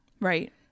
Right